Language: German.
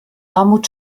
armut